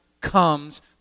comes